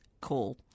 call